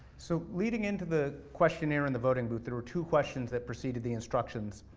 so leading into the questionnaire in the voting booth, there were two questions that proceeded the instructions.